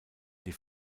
die